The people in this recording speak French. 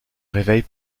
réveille